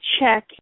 check